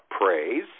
praise